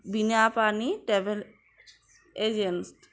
Binapani travel agency